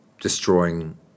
destroying